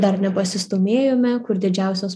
dar nepasistūmėjome kur didžiausios